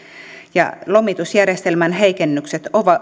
lomitusjärjestelmän heikennykset